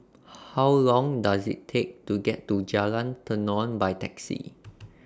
How Long Does IT Take to get to Jalan Tenon By Taxi